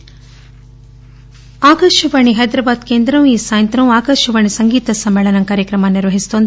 AIR Akashvani Hyderabad కేంద్రం ఈ సాయంత్రం ఆకాశవాణి సంగీత సమ్మేళనం కార్యక్రమం నిర్వహిస్తోంది